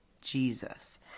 Jesus